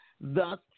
thus